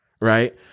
Right